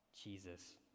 Jesus